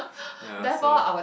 ya so